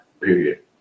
period